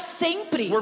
sempre